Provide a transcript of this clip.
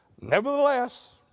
Nevertheless